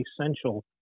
essential